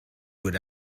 would